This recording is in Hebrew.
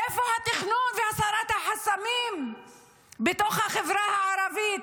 איפה התכנון והסרת החסמים בתוך החברה הערבית,